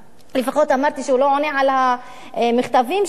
אמרתי שהוא לא עונה על המכתבים שלנו,